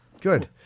Good